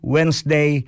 Wednesday